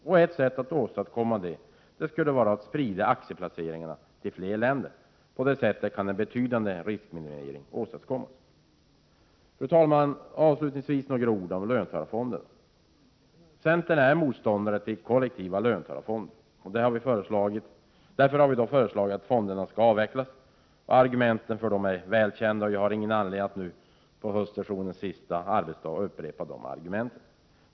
Och ett sätt att åstadkomma det är att sprida aktieplaceringarna till flera länder. På det sättet kan en betydande riskminimering åstadkommas. Fru talman! Avslutningsvis några ord om löntagarfonderna. Centern är motståndare till kollektiva löntagarfonder. Därför har vi föreslagit att löntagarfonderna skall avvecklas. Argumenten för det är välkända och jag har ingen anledning att nu, på höstsessionens sista arbetsdag, upprepa dessa.